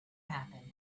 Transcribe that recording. happen